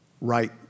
right